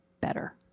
better